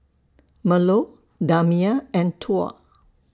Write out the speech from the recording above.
Melur Damia and Tuah